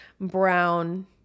brown